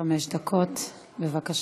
חמש דקות, בבקשה.